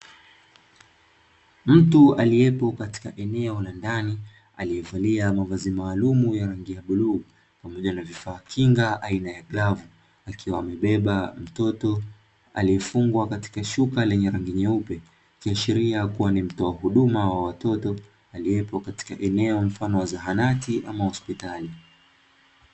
Mtu aliyepo katika eneo la ndani, aliyevalia mavazi maalumu ya rangi ya bluu pamoja na vifaa kinga aina ya glovu, akiwa amebeba mtoto aliyefungwa katika shuka lenye rangi nyeupe. Akiashiria kuwa ni mtoa huduma wa watoto aliyepo katika eneo mfano wa zahanati ama hospitali.